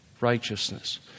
righteousness